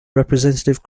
representative